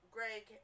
Greg